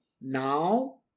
now